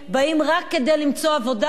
באים רק כדי למצוא עבודה,